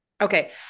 okay